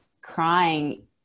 crying